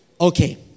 Okay